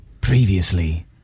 previously